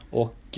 och